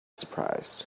surprised